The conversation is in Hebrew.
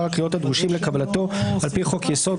הקריאות הדרושים לקבלתו על-פי חוק-יסוד,